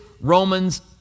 Romans